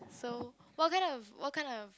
so what kind of what kind of